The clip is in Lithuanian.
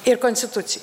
ir konstitucijai